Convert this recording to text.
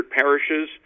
parishes